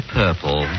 purple